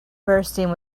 bursting